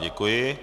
Děkuji.